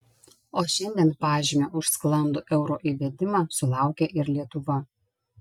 o šiandien pažymio už sklandų euro įvedimą sulaukė ir lietuva